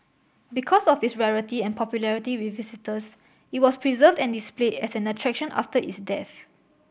because of its rarity and popularity with visitors it was preserved and displayed as an attraction after its death